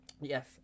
Yes